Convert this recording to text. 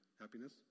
happiness